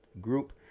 group